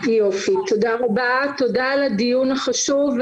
תודה על הדיון החשוב.